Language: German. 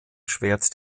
schwert